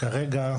כרגע,